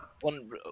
one